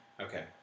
okay